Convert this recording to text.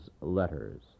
letters